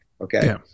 Okay